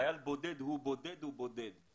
חייל בודד הוא בודד הוא בודד.